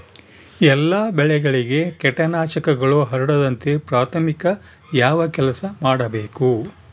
ಎಲ್ಲ ಬೆಳೆಗಳಿಗೆ ಕೇಟನಾಶಕಗಳು ಹರಡದಂತೆ ಪ್ರಾಥಮಿಕ ಯಾವ ಕೆಲಸ ಮಾಡಬೇಕು?